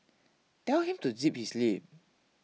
tell him to zip his lip